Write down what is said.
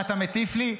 ואתה מטיף לי?